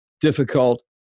difficult